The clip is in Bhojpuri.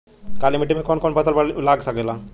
काली मिट्टी मे कौन कौन फसल लाग सकेला?